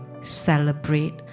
celebrate